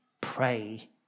pray